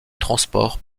transport